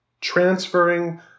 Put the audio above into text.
transferring